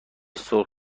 سرخ